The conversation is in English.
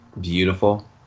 beautiful